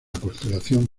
constelación